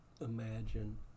imagine